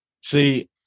see